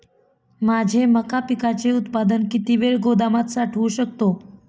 माझे मका पिकाचे उत्पादन किती वेळ गोदामात साठवू शकतो?